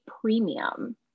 premium